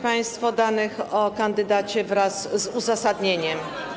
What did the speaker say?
państwo danych o kandydacie wraz z uzasadnieniem.